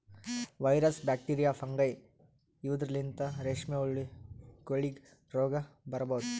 virus, bacteria, fungi ಇವದ್ರಲಿಂತ್ ರೇಶ್ಮಿ ಹುಳಗೋಲಿಗ್ ರೋಗ್ ಬರಬಹುದ್